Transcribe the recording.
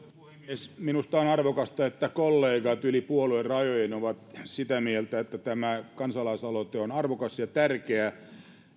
puhemies minusta on arvokasta että kollegat yli puoluerajojen ovat sitä mieltä että tämä kansalaisaloite on arvokas ja tärkeä